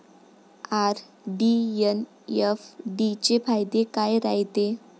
RD अन FD चे फायदे काय रायते?